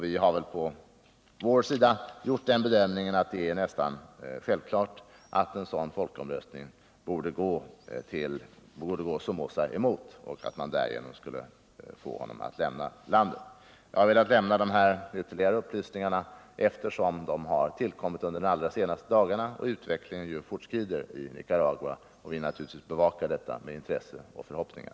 Vi har på vår sida gjort den bedömningen att det är nästan självklart att en sådan folkomröstning borde gå Somoza emot och att man därigenom skulle få honom att lämna landet. Jag har velat lämna dessa ytterligare upplysningar, eftersom de har tillkommit under de allra senaste dagarna och utvecklingen ju fortskrider i Nicaragua. Vi bevakar naturligtvis händelserna med intresse och förhoppningar.